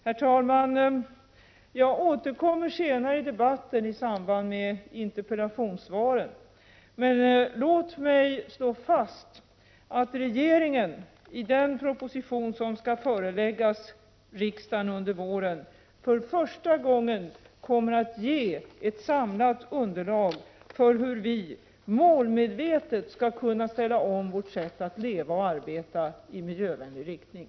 Herr talman! Jag återkommer senare i debatten i samband med interpellationssvaren. Men låt mig nu slå fast att regeringen, i den proposition som skall föreläggas riksdagen under våren, för första gången kommer att ge ett samlat underlag för hur vi målmedvetet skall kunna ställa om vårt sätt att leva och arbeta i miljövänlig riktning.